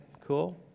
cool